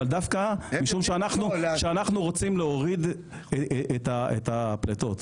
אבל דווקא משום שאנחנו רוצים להוריד את הפליטות,